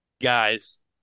Guys